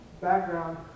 background